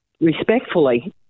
respectfully